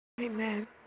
Amen